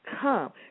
Come